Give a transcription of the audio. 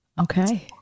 okay